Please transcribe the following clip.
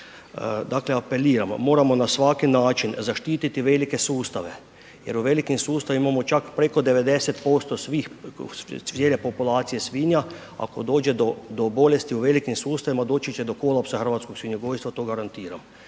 Dakle apeliramo, moramo na svaki način zaštiti velike sustav, jer u velikim sustavima imamo čak preko 90% svih, .../Govornik se ne razumije./... populacije svinja, ako dođe do bolesti u velikim sustavima, doći će do kolapsa hrvatskog svinjogojstva, to garantiram.